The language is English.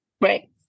Right